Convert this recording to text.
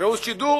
והוא שידור